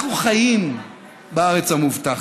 אנחנו חיים בארץ המובטחת,